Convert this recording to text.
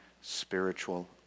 spiritual